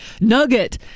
Nugget